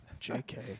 JK